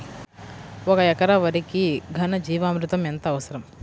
ఒక ఎకరా వరికి ఘన జీవామృతం ఎంత అవసరం?